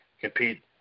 compete